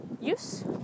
use